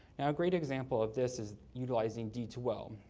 now a great example of this is yeah utlizing d two l,